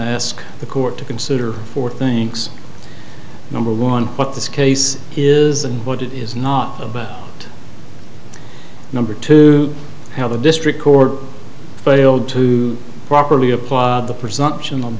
i ask the court to consider four thinks number one what this case is and what it is not about number two how the district court failed to properly apply the presumption